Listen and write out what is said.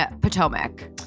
Potomac